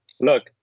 Look